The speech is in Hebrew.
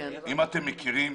אם אתם מכירים,